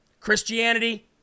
Christianity